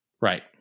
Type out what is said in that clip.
Right